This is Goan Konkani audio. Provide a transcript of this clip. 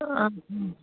आं